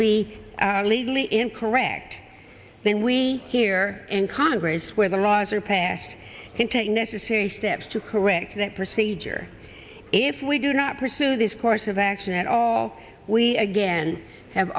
be legally incorrect then we here in congress where the laws repair can take necessary steps to correct that procedure if we do not pursue this course of action at all we again have